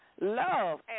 love